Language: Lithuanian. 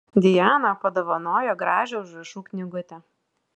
dijana padovanojo gražią užrašų knygutę